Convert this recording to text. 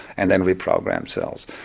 and then reprogram cells.